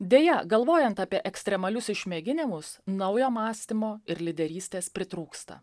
deja galvojant apie ekstremalius išmėginimus naujo mąstymo ir lyderystės pritrūksta